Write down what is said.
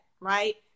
right